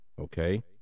Okay